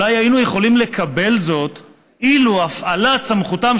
אולי היינו יכולים לקבל זאת אילו הפעלת סמכותם